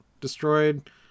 destroyed